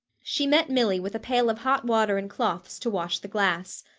she met milly with a pail of hot water and cloths to wash the glass.